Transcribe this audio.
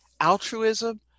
altruism